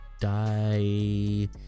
die